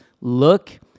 look